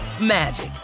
magic